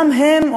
גם הם,